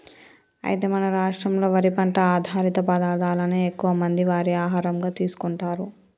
అయితే మన రాష్ట్రంలో వరి పంట ఆధారిత పదార్థాలనే ఎక్కువ మంది వారి ఆహారంగా తీసుకుంటారు